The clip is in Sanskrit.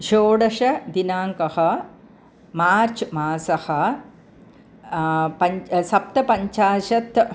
षोडशदिनाङ्कः मार्च् मासः पञ्च् सप्तपञ्चाशत्